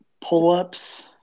pull-ups